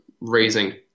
raising